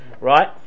Right